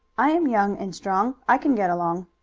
i am young and strong. i can get along.